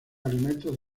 alimentos